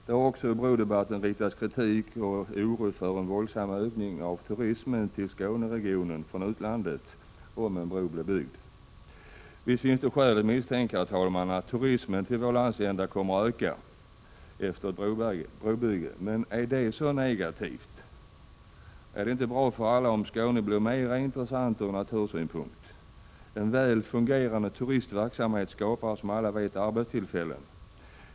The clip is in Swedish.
Det har också i brodebatten riktats kritik mot och oro för att en våldsam ökning av turismen till Skåneregionen från utlandet skulle bli följden om en bro blir byggd. Visst finns det skäl misstänka att turismen till vår landsända kommer att öka efter ett brobygge. Men är det så negativt? Är det inte bra för alla om Skåne blir mera intressant ur turistsynpunkt? En väl fungerande turistverksamhet skapar, som alla vet, arbetstillfällen.